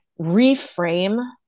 reframe